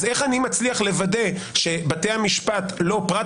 אז איך אני מצליח לוודא שבתי המשפט לא פרט